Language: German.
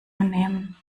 nehmen